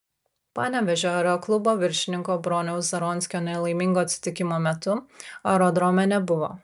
panevėžio aeroklubo viršininko broniaus zaronskio nelaimingo atsitikimo metu aerodrome nebuvo